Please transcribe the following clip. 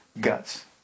guts